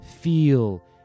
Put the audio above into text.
feel